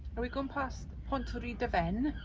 are we going past pontrhydyfen,